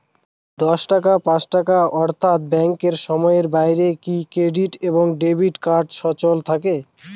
দশটা পাঁচটা অর্থ্যাত ব্যাংকের সময়ের বাইরে কি ক্রেডিট এবং ডেবিট কার্ড সচল থাকে?